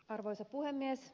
arvoisa puhemies